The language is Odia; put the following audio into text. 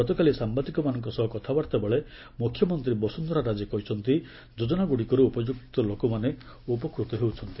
ଗତକାଲି ସାମ୍ବାଦିକମାନଙ୍କ ସହ କଥାବାର୍ତ୍ତାବେଳେ ମୁଖ୍ୟମନ୍ତ୍ରୀ ବସୁନ୍ଧରା ରାଜେ କହିଛନ୍ତି ଯୋଜନାଗୁଡ଼ିକରୁ ଉପଯୁକ୍ତ ଲୋକମାନେ ଉପକୃତ ହେଉଛନ୍ତି